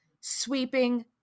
sweeping